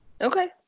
Okay